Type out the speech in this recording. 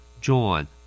John